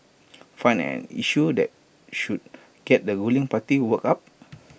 find an issue that should get the ruling party worked up